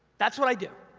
that's what i do.